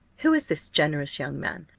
who is this generous young man?